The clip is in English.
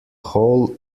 hole